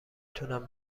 تونم